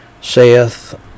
saith